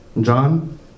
John